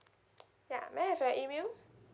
ya may I have your email